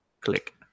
Click